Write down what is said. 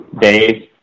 days